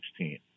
2016